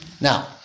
Now